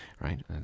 right